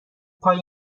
پای